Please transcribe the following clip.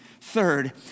Third